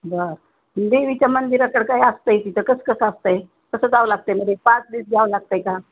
बरं देवीच्या मंदिरकडे काय असतंय तिथं कसं कसं असंय कसं जावं लागतं म्हणजे पास बीस घ्यावं लागतय का